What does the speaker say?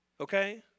Okay